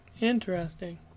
Interesting